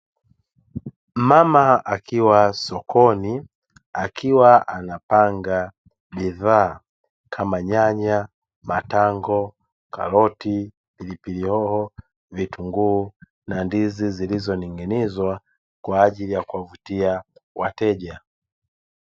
Mama akiwa sokoni akiwa anapanga bidhaa kama nyanya ,matango, karoti, pilipili hoho, vitunguu na ndizi zilizoning'inizwa kwa ajili ya kuvutia wateja.